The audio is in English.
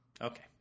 Okay